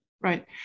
Right